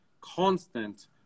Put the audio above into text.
constant